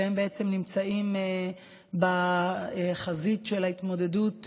שבעצם נמצאים בחזית של ההתמודדות בשגרה,